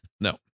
No